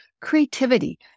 Creativity